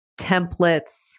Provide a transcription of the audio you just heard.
templates